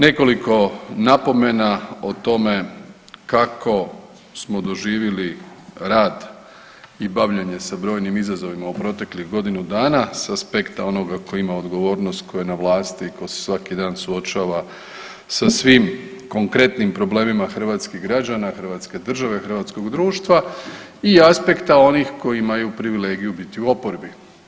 Nekoliko napomena o tome kako smo doživjeli rad i bavljenje sa brojnim izazovima u proteklih godinu dana sa aspekta onoga koji ima odgovornost, koji je na vlasti i tko se svaki dan suočava sa svim konkretnim problemima hrvatskih građana, hrvatske države, hrvatskog društva i aspektima onih koji imaju privilegiju biti u oporbi.